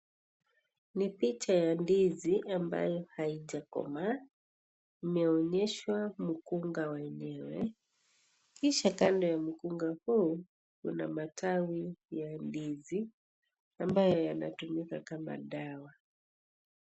Ni picha ya ndizi ambayo haijakomaa, imeonyesha mkunga wenyewe, kisha kando ya mkunga huu kuna matawi, ya ndizi ambayo yanatumika kama dawa.